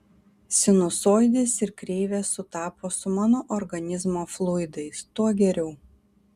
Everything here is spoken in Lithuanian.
sinusoidės ir kreivės sutapo su mano organizmo fluidais tuo geriau